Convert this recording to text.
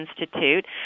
Institute